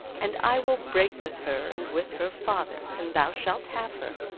and i will break with her, and with her father, and thou shalt have her.